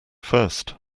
first